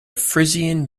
frisian